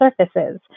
surfaces